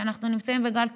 כשאנחנו נמצאים בגל תחלואה,